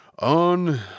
On